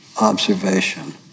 observation